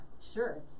sure